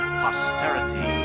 posterity